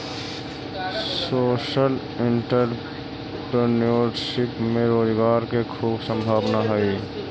social entrepreneurship में रोजगार के खूब संभावना हई